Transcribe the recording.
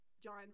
John